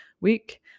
week